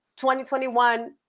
2021